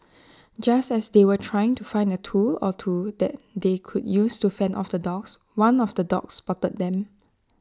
just as they were trying to find A tool or two that they could use to fend off the dogs one of the dogs spotted them